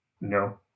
No